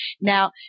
Now